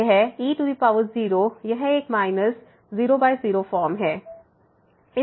यह e0 यह एक माइनस 00 फॉर्म है